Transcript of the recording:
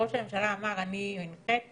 כשראש הממשלה אמר "אני הנחיתי,